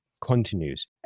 continues